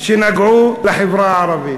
שנגעו בחברה הערבית.